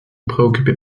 préoccupez